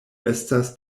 estas